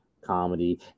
comedy